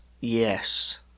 Yes